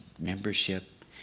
membership